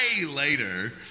later